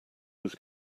was